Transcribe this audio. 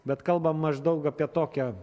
bet kalbam maždaug apie tokią